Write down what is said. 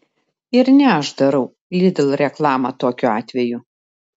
ir ne aš darau lidl reklamą tokiu atveju